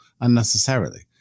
unnecessarily